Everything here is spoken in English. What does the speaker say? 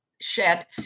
shed